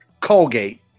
Colgate